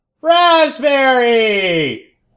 Raspberry